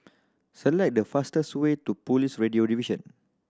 select the fastest way to Police Radio Division